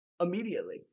immediately